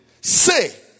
say